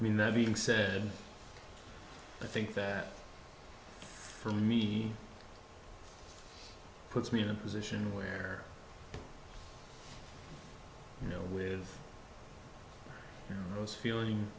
i mean that being said i think that for me puts me in a position where you know with those feeling